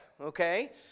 okay